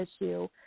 issue